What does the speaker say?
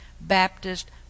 Baptist